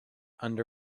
under